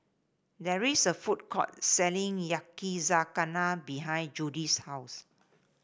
there is a food court selling Yakizakana behind Judy's house